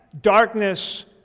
Darkness